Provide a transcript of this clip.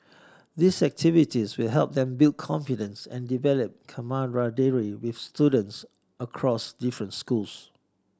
these activities will help them build confidence and develop camaraderie with students across different schools